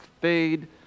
fade